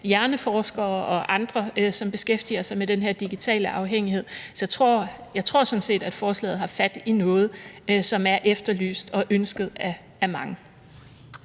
hjerneforskere og andre, som beskæftiger sig med den her digitale afhængighed. Så jeg tror sådan set, at forslaget har fat i noget, som er efterlyst og ønsket af mange.